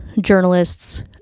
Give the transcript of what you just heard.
journalists